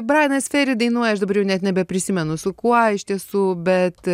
brajenas feri dainuoja aš dabar jau net nebeprisimenu su kuo iš tiesų bet